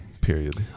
period